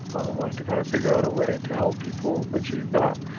um and wanted to kind of figure out a way to help people achieve that.